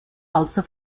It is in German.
außer